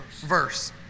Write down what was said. verse